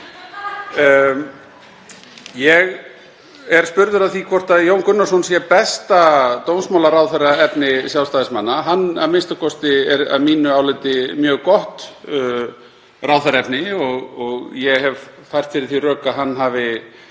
Ég er spurður að því hvort Jón Gunnarsson sé besta dómsmálaráðherraefni Sjálfstæðismanna. Hann er a.m.k. að mínu áliti mjög gott ráðherraefni og ég hef fært fyrir því rök að hann hafi